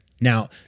Now